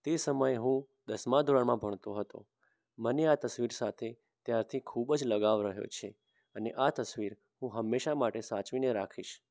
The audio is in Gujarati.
તે સમયે હું દસમા ધોરણમાં ભણતો હતો મને આ તસવીર સાથે ત્યારથી ખૂબ જ લગાવ રહ્યો છે અને આ તસવીર હું હંમેશાં માટે સાચવીને રાખીશ